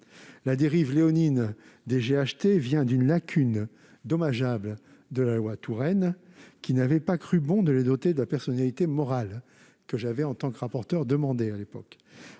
La dérive léonine des GHT vient d'une lacune dommageable de la loi Touraine, qui n'avait pas cru bon de les doter de la personnalité morale. En l'absence de cette dernière, que